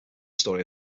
story